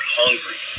hungry